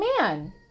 man